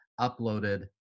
uploaded